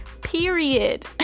period